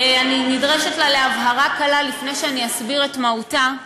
אני נדרשת להבהרה קלה לפני שאני אסביר את מהותה,